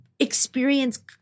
experience